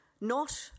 Not